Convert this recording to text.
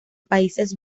países